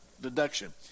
deduction